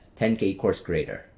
10kcoursecreator